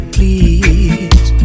Please